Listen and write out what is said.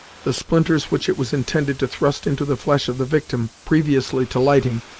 the splinters which it was intended to thrust into the flesh of the victim, previously to lighting,